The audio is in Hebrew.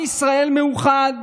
עם ישראל מאוחד.